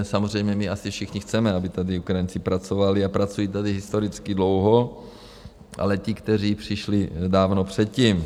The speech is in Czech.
Samozřejmě my asi všichni chceme, aby tady Ukrajinci pracovali, a pracují tady historicky dlouho, ale ti, kteří přišli dávno předtím.